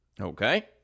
Okay